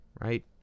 right